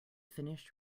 finished